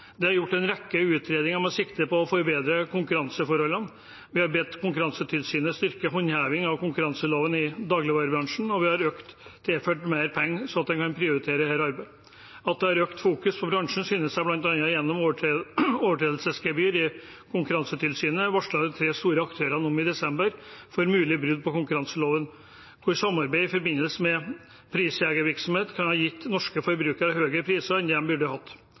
Det er gjort en rekke utredninger med sikte på å forbedre konkurranseforholdene. Vi har bedt Konkurransetilsynet styrke håndhevingen av konkurranseloven i dagligvarebransjen og tilført dem mer penger, slik at de kan prioritere dette arbeidet. At det fokuseres sterkere på bransjen, viser seg bl.a. gjennom at Konkurransetilsynet i desember varslet de tre store aktørene om overtredelsesgebyr for mulige brudd på konkurranseloven der samarbeid i forbindelse med prisjegervirksomhet kan ha gitt norske forbrukere høyere priser enn de burde hatt.